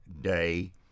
day